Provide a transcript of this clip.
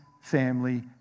family